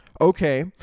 Okay